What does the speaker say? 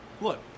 Look